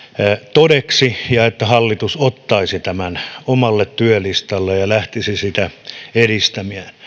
todeksi ja että hallitus ottaisi tämän omalle työlistalleen ja lähtisi sitä edistämään